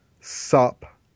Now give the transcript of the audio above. Sup